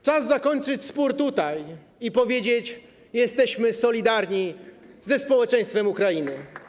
Czas zakończyć spór tutaj i powiedzieć: jesteśmy solidarni ze społeczeństwem Ukrainy.